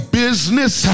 business